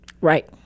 Right